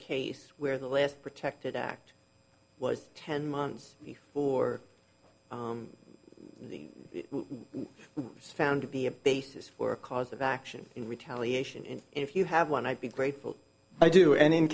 case where the last protected act was ten months or found to be a basis for a cause of action in retaliation and if you have one i'd be grateful i do and in